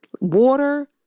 water